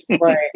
Right